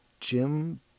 jim